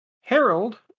Harold